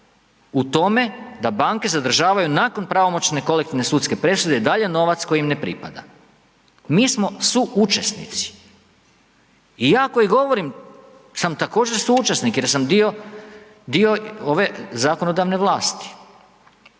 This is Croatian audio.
u tom da banke zadržavaju nakon pravomoćne sudske presude i dalje novac koji im ne pripada. Mi smo suučesnici. I ja koji govorim sam također suučesnik jer sam dio ove zakonodavne vlasti.